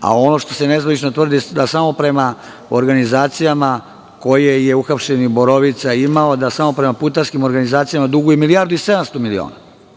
a ono što se nezvanično tvrdi jeste da samo prema organizacijama koje je uhapšeni Borovica imao, da samo prema putarskim organizacijama duguju milijardu i 700 miliona. Apelujem